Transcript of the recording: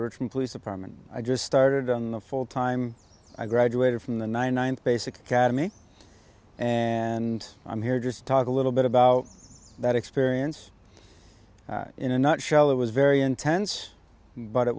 richmond police department i just started on the full time i graduated from the ninth basic cademy and i'm here just talk a little bit about that experience in a nutshell it was very intense but it